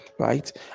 right